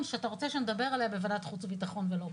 שאתה רוצה שאנחנו נדבר עליה בוועדת החוץ והביטחון ולא פה.